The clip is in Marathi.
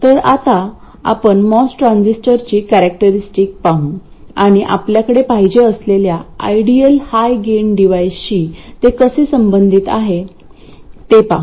तर आता आपण मॉस ट्रान्झिस्टरची कॅरेक्टरस्टिक पाहू आणि आपल्याकडे पाहिजे असलेल्या आयडियल हाय गेन डिव्हाइसशी ते कसे संबंधित आहेत ते पाहू